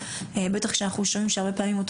בטח כשאנחנו שומעים שהרבה פעמים אותו